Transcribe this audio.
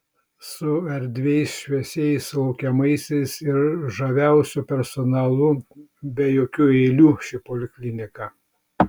su erdviais šviesiais laukiamaisiais ir žaviausiu personalu be jokių eilių ši poliklinika